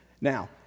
Now